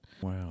Wow